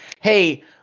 Hey